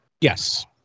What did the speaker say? Yes